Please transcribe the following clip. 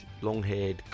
long-haired